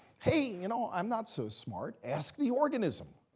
hey, you know, i'm not so smart. ask the organism.